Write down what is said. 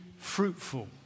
fruitful